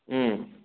ம்